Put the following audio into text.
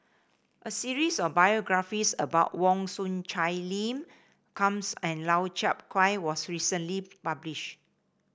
a series of biographies about Wong Chong Sai Lim and Lau Chiap Khai was recently published